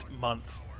month